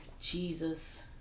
Jesus